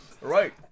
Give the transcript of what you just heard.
right